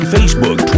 Facebook